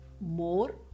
more